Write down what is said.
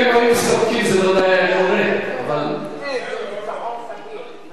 ההצעה לכלול את הנושא בסדר-היום של הכנסת נתקבלה.